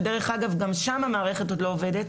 שדרך אגב גם שם המערכת עוד לא עובדת.